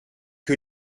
que